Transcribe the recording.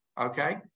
Okay